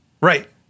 Right